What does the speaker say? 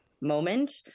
moment